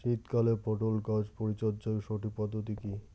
শীতকালে পটল গাছ পরিচর্যার সঠিক পদ্ধতি কী?